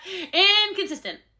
inconsistent